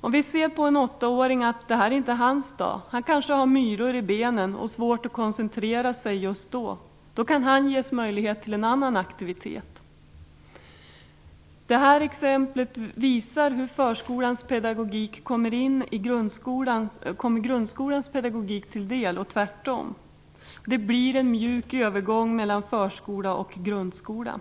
Om vi ser på en åttaåring att detta inte är hans dag - han kanske har myror i benen och svårt att koncentrera sig just då - kan han ges möjlighet till en annan aktivitet. Detta exempel visar hur förskolans pedagogik kommer grundskolans pedagogik till del och tvärtom. Det blir en mjuk övergång mellan förskolan och grundskolan.